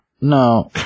No